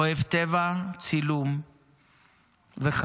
אוהב טבע, צילום וחיות,